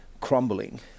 Crumbling